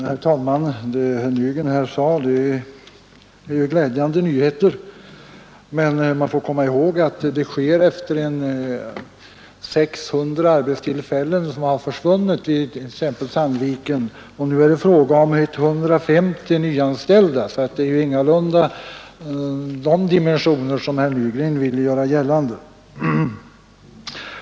Herr talman! Vad herr Nygren här sade är ju glädjande nyheter. Men man får komma ihåg att detta händer efter det att 600 arbetstillfällen har försvunnit i Sandviken, och nu är det fråga om 150 nyanställda. Förbättringen har alltså ingalunda de dimensioner som herr Nygren vill göra gällande.